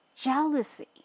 jealousy